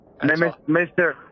Mr